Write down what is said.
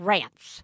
Rants